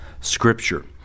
Scripture